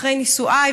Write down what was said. אחרי נישואיי,